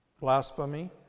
Blasphemy